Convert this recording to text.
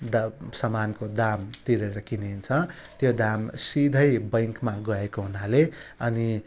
दाम सामानको दाम तिरेर किनिन्छ त्यो दाम सिधै ब्याङ्कमा गएको हुनाले अनि